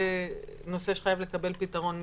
זה נושא שחייב לקבל פתרון מיידי.